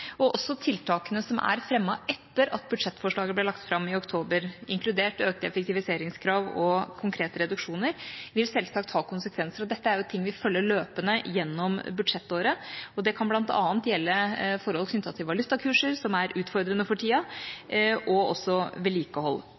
er. Også tiltakene som er fremmet etter at budsjettforslaget ble lagt fram i oktober, inkludert økte effektiviseringskrav og konkrete reduksjoner, vil selvsagt få konsekvenser. Dette er ting vi følger løpende gjennom budsjettåret. Det kan bl.a. gjelde forhold knyttet til valutakurser – som er utfordrende for tida – og vedlikehold.